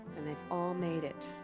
and they all made it.